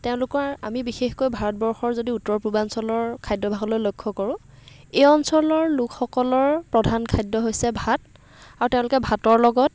তেওঁলোকৰ আমি বিশেষকৈ ভাৰতবৰ্ষৰ যদি উত্তৰ পূৰ্বাঞ্চলৰ খাদ্যভাসলৈ লক্ষ্য কৰোঁ এই অঞ্চলৰ লোকসকলৰ প্ৰধান খাদ্যই হৈছে ভাত আৰু তেওঁলোকে ভাতৰ লগত